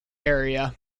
area